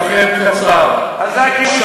עד כמה הזיכרון שלכם קצר, מה זה הגירוש הזה?